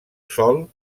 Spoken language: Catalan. sol